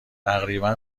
تقریبا